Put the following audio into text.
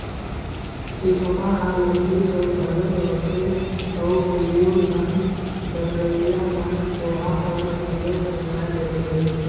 टेकोना हर लकरी कर घलो रहथे अउ कइयो झन बनवइया मन लोहा कर घलो बनवाए लेथे